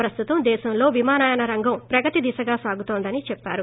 ప్రస్తుతం దేశంలో విమానయాన రంగం ప్రగతి దిశగా సాగుతోందని చెప్పారు